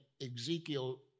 Ezekiel